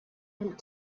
and